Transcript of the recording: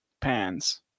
pants